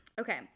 Okay